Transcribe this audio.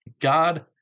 God